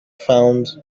found